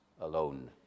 alone